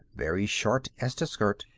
very short as to skirt,